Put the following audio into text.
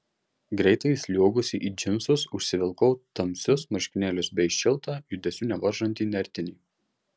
greitai įsliuogusi į džinsus užsivilkau tamsius marškinėlius bei šiltą judesių nevaržantį nertinį